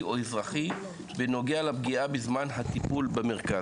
או אזרחי בנוגע לפגיעה בזמן הטיפול במרכז.